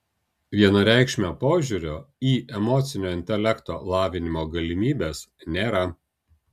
vienareikšmio požiūrio į emocinio intelekto lavinimo galimybes nėra